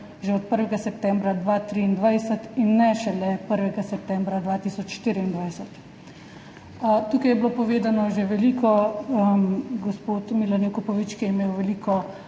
že od 1. septembra 2023 in ne šele 1. septembra 2024. Tukaj je bilo povedano že veliko. Gospod Milan Jakopovič, ki je imel veliko